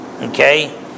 Okay